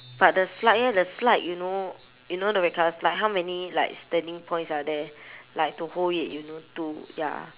but the slide eh the slide you know you know the red colour slide how many like standing points are there like to hold it you know to ya